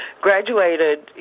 graduated